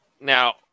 Now